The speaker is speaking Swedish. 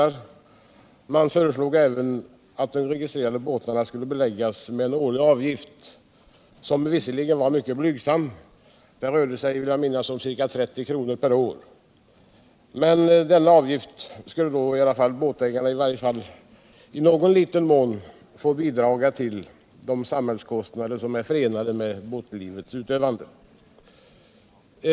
Utredningen föreslog även att de registrerade båtarna skulle beläggas med en ärlig avgift, som dock var mycket blygsam — den rörde sig. vill jag minnas, om ca 30 kr. per år. Med denna avgift skulle båtägarna I varje fall i någon ringa man bidra ul de samhällskostnader som är förenade med båtlivets utövande.